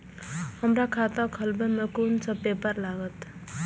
हमरा खाता खोलाबई में कुन सब पेपर लागत?